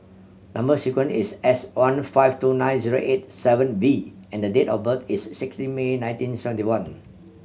number sequence is S one five two nine zero eight seven V and date of birth is sixteen May nineteen seventy one